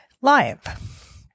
live